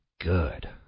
good